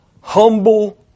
Humble